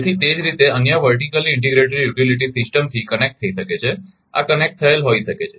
તેથી તે જ રીતે તે અન્ય વર્ટિકલી ઇન્ટિગ્રેટેડ યુટિલિટી સિસ્ટમથી કનેક્ટ થઈ શકે છે આ કનેક્ટ થયેલ હોઈ શકે છે